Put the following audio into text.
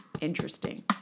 Interesting